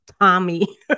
Tommy